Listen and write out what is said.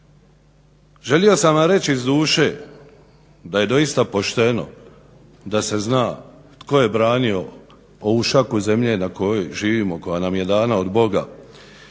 Želio sam vam reći iz duše da je doista pošteno da se zna tko je branio ovu šaku zemlje na kojoj živimo, koja nam je dana od Boga